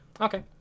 Okay